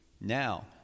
Now